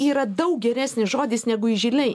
yra daug geresnis žodis negu įžiliai